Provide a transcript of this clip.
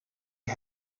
you